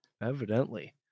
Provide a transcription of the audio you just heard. Evidently